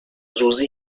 susi